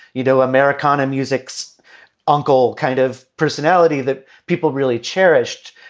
you know, americana music's uncle kind of personality that people really cherished.